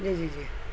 جی جی جی